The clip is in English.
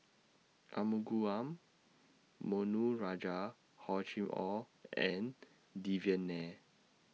mono Rajah Hor Chim Or and Devan Nair